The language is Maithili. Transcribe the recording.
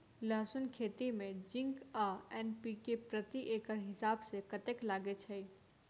लहसून खेती मे जिंक आ एन.पी.के प्रति एकड़ हिसाब सँ कतेक लागै छै?